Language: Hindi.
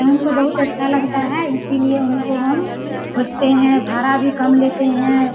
तो हमको बहुत अच्छा लगता है इसी लिए उनको हम खोजते हैं भाड़ा भी कम लेते हैं